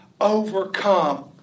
overcome